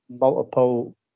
multiple